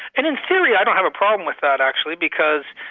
and in theory i don't have a problem with that, actually, because,